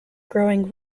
growing